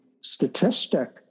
statistic